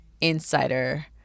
insider